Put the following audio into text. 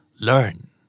learn